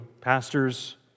pastors